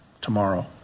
tomorrow